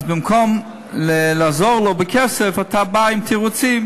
אז במקום לעזור לו בכסף אתה בא עם תירוצים,